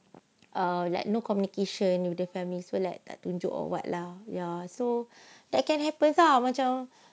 err like no communication with their families feel like tak tunjuk or what lah ya so that can happen [tau] macam